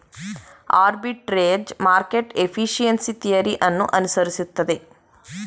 arbitrage market efficiency theory ಅನ್ನು ಅನುಸರಿಸುತ್ತದೆ